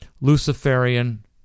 Luciferian